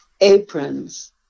aprons